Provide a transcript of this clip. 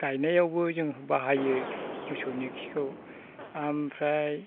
गायनायावबो जों बाहायो मोसौनि खिखौ आमफ्राय